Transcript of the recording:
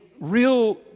real